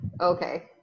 okay